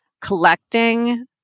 collecting